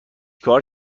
کار